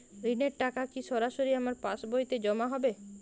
ঋণের টাকা কি সরাসরি আমার পাসবইতে জমা হবে?